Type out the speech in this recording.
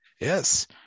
Yes